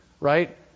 right